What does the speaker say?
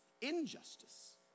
injustice